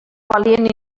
valien